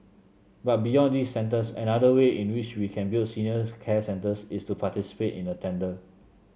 but beyond these centers another way in which we can build senior care centers is to participate in a tender